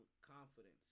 confidence